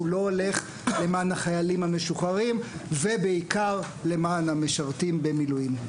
וכולו הולך למען החיילים המשוחררים ובעיקר למען המשרתים במילואים.